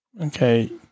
Okay